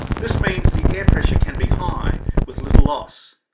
this means the air pressure can be high with little loss.